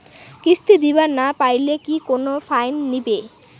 কিস্তি দিবার না পাইলে কি কোনো ফাইন নিবে?